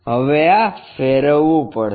હવે આ ફેરવવું પડશે